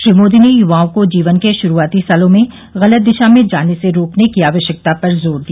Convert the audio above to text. श्री मोदी ने युवाओं को जीवन के श्रूआती सालों में गलत दिशा में जाने से रोकने की आवश्यकता पर जोर दिया